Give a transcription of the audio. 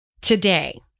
Today